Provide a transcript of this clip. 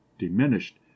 diminished